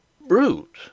Brute